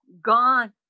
gone